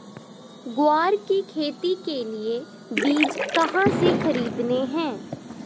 ग्वार की खेती के लिए बीज कहाँ से खरीदने हैं?